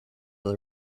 that